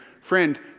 friend